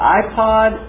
iPod